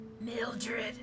Mildred